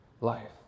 life